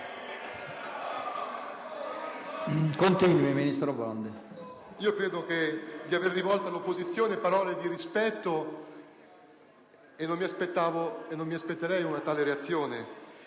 Credo di aver rivolto all'opposizione parole di rispetto e non mi aspettavo una tale reazione.